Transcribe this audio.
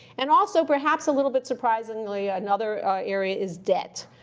and also, perhaps a little bit surprisingly, another area is debt,